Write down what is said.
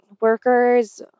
workers